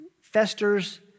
festers